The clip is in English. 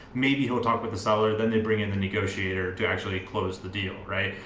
maybe he'll talk with the seller, then they bring in the negotiator to actually close the deal, right?